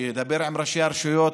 שידבר עם ראשי הרשויות,